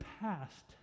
past